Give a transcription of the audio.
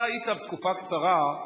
אתה היית תקופה קצרה,